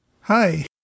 Hi